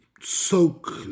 soak